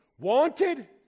wanted